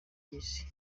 cy’isi